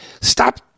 stop